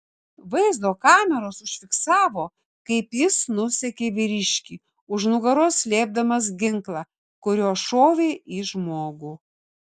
vaizdo kameros užfiksavo kaip jis nusekė vyriškį už nugaros slėpdamas ginklą kuriuo šovė į žmogų